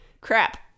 crap